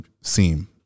seem